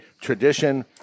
tradition